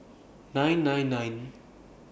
nine nine nine